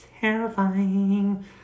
terrifying